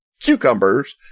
cucumbers